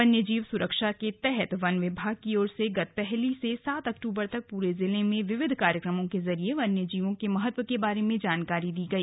वन्य जीव सुरक्षा के तहत वन विभाग की ओर से गत पहली से सात अक्टूबर तक पूरे जिले में विविध कार्यक्रमों के जरिए वन्य जीवों के महत्व के बारे में जानकारी दी गई